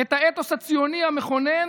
את האתוס הציוני המכונן